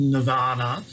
Nirvana